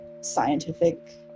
scientific